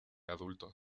adulto